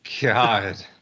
God